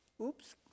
Oops